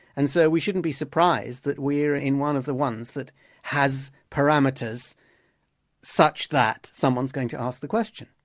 and so we shouldn't be surprised that we're in one of the ones that has parameters such that someone's going to ask the question.